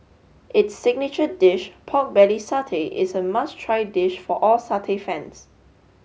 its signature dish pork belly satay is a must try dish for all satay fans